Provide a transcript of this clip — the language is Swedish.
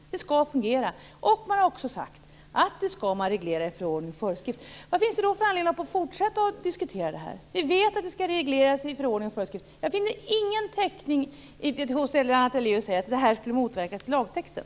Det skall fungera. Man har också sagt att det skall regleras i förordningar och föreskrifter. Vad finns det då för anledning att fortsätta att diskutera det här? Vi vet att det skall regleras i förordningar och föreskrifter. Jag finner ingen täckning i det Lennart Daléus säger för att det här skulle motverkas i lagtexten.